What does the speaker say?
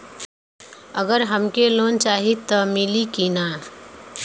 अगर हमके लोन चाही त मिली की ना?